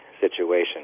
situation